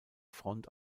front